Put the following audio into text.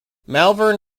malvern